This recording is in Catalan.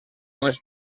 només